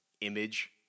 image